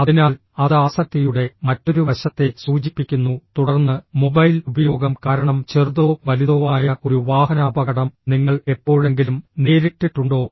അതിനാൽ അത് ആസക്തിയുടെ മറ്റൊരു വശത്തെ സൂചിപ്പിക്കുന്നു തുടർന്ന് മൊബൈൽ ഉപയോഗം കാരണം ചെറുതോ വലുതോ ആയ ഒരു വാഹനാപകടം നിങ്ങൾ എപ്പോഴെങ്കിലും നേരിട്ടിട്ടുണ്ടോ